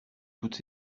toutes